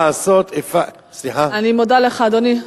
אבל אם הם יצאו לעבוד, אני מודה לך, אדוני.